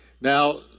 now